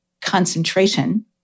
concentration